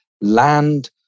land